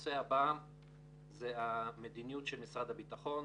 הנושא הבא הוא מדיניות משרד הביטחון